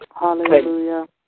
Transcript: Hallelujah